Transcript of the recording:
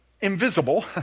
invisible